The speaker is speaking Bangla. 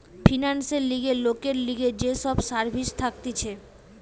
ফিন্যান্সের লিগে লোকের লিগে যে সব সার্ভিস থাকতিছে